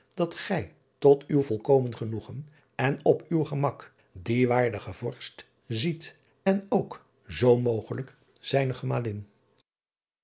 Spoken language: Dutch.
dat gij tot uw volkomen genoegen en op uw gemak dien waardigen orst ziet en ook zoo mogelijk zijne